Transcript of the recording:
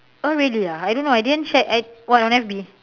oh really ah I don't know I didn't check I what on F_B